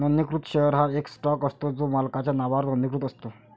नोंदणीकृत शेअर हा एक स्टॉक असतो जो मालकाच्या नावावर नोंदणीकृत असतो